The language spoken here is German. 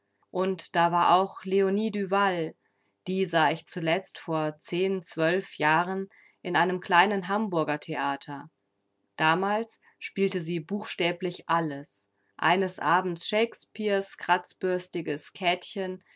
und da war auch leonie duval die sah ich zuletzt vor zehn zwölf jahren in einem kleinen hamburger theater damals spielte sie buchstäblich alles eines abends shakespeares kratzbürstiges käthchen